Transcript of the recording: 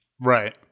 Right